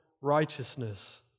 righteousness